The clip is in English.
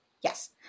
Yes